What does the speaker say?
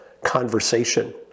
conversation